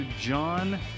John